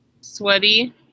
Sweaty